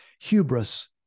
hubris